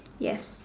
ya